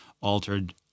altered